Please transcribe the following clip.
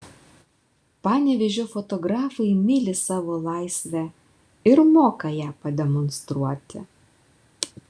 panevėžio fotografai myli savo laisvę ir moka ją pademonstruoti